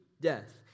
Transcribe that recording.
death